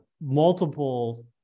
multiple